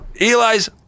Eli's